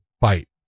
fight